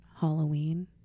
halloween